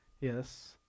yes